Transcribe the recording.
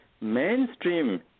mainstream